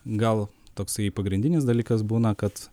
gal toksai pagrindinis dalykas būna kad